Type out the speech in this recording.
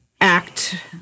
act